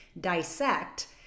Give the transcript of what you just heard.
dissect